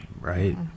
Right